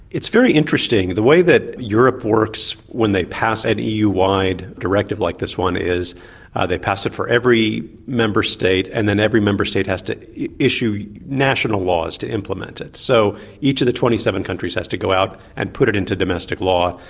it's very interesting. the way that europe works when they pass an eu-wide directive like this one is they pass it for every member state, and then every member state has to issue national laws to implement it. so each of the twenty seven countries has to go out and put it into domestic law.